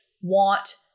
want